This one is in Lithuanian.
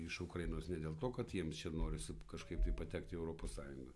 iš ukrainos ne dėl to kad jiems čia norisi kažkaip tai patekt į europos sąjungą